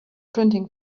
printing